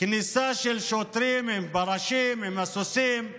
כניסה של שוטרים עם פרשים, עם סוסים,